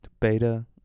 beta